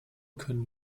können